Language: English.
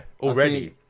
already